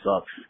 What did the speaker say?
sucks